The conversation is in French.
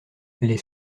les